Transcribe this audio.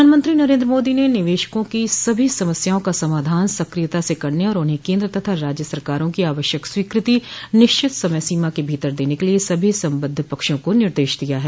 प्रधानमंत्री नरेन्द्र मोदी ने निवेशकों की सभी समस्याओं का समाधान सक्रियता से करने और उन्हें केन्द्र तथा राज्य सरकारों की आवश्यक स्वीकृति निश्चित समय सीमा के भीतर देने के लिए सभी संबद्ध पक्षों को निर्देश दिया है